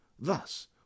Thus